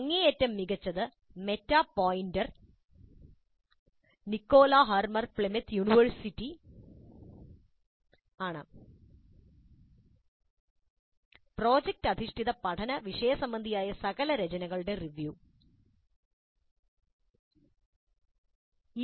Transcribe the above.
അങ്ങേയറ്റം മികച്ചത് meta pointer Nicola Harmer Plymouth university ആണ് പ്രോജക്ട് അധിഷ്ഠിത പഠന വിഷയസംബന്ധിയായ സകല രചനകളുടെ റിവ്യൂ httpswww